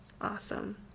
Awesome